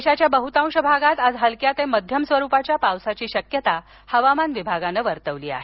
देशाच्या बहुतांश भागात आज हलक्या ते माध्यम स्वरूपाच्या पावसाची शक्यता हवामान विभागानं वर्तवली आहे